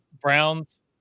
Browns